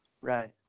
Right